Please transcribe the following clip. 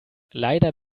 leider